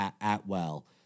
Atwell